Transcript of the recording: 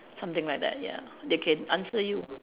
something like that ya they can answer you